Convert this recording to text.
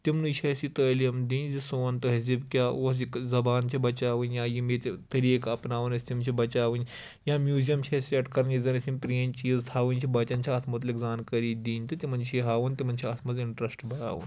تِمنٕے چھَ اَسہِ یہِ تٲلیٖم دِنۍ زِ سون تہذیٖب کیاہ اوس یہِ کٔتھ زبان چھِ بَچاوٕنۍ یا یِم ییٚتہِ طٔریٖقہٕ اَپناوان أسۍ تِم چھِ بَچاوٕنۍ یا میوٗزیَم چھِ اَسہِ سٮ۪ٹ کَرٕنۍ ییٚتہِ زَن أسۍ یِم پرٛٲنۍ چیٖز تھَوٕنۍ چھِ بَچَن چھِ اَتھ متعلق زانکٲری دِںۍ تہٕ تِمَن چھِ یہِ ہاوُن تِمَن چھِ اَتھ منٛز اِنٹرٛسٹ بَڑاوُن